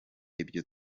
ibyo